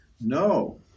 no